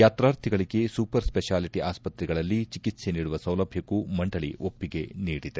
ಯಾತ್ರಾರ್ಥಿಗಳಿಗೆ super speciality ಆಸ್ಪತ್ರೆಗಳಲ್ಲಿ ಚಿಕಿತ್ಸೆ ನೀಡುವ ಸೌಲಭ್ಯಕ್ಕೂ ಮಂಡಳಿ ಒಪ್ಪಿಗೆ ನೀಡಿದೆ